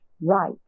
right